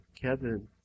Kevin